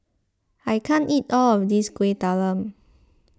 I can't eat all of this Kueh Talam